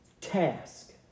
task